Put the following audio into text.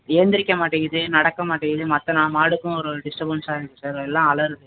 ஏந்திரிக்க மாட்டேங்கிது நடக்க மாட்டேங்கிது மற்ற நான் மாடுக்கும் ஒரு ஒரு டிஸ்டபென்ஸாக இருக்கு சார் எல்லாம் அலறுது